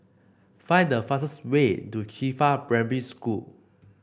find the fastest way to Qifa Primary School